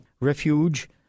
refuge